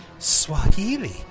Swahili